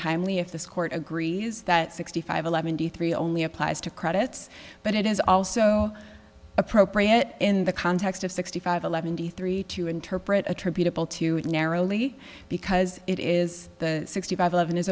timely if this court agrees that sixty five eleven d three only applies to credits but it is also appropriate in the context of sixty five eleven d three to interpret attributable to narrowly because it is the sixty five eleven